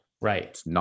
Right